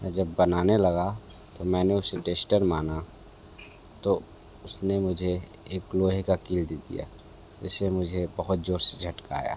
मैं जब बनाने लगा तो मैंने उससे टेस्टर मांगा तो उसने मुझे एक लोहे का कील दे दिया जिससे मुझे बहुत जोर से झटका आया